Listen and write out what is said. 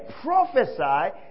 prophesy